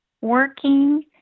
working